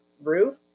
roof